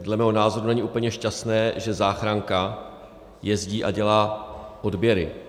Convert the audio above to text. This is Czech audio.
Dle mého názoru není úplně šťastné, že záchranka jezdí a dělá odběry.